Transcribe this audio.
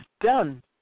done